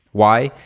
why?